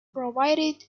provided